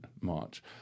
March